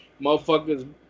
Motherfuckers